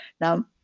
Now